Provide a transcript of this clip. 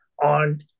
on